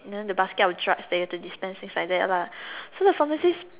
and then basket of drugs you need to dispense things like that lah so the pharmacist